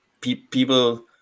people